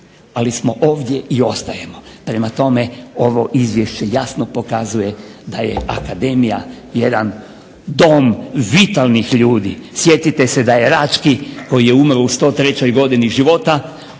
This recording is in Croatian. Ali smo ovdje i ostajemo. Prema tome, ovo Izvješće jasno pokazuje da je akademija jedan dom vitalnih ljudi. Sjetite se da je Rački koji je umro u 103. godini života